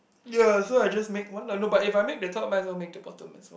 ya so I just make one I don't know but if I make the top might as well make the bottom as well